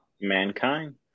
Mankind